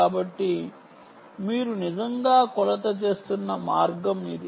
కాబట్టి మీరు నిజంగా కొలత చేస్తున్న మార్గం ఇది